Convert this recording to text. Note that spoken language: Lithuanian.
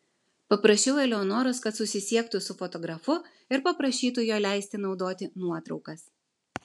paprašiau eleonoros kad susisiektų su fotografu ir paprašytų jo leisti naudoti nuotraukas